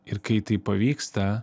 ir kai tai pavyksta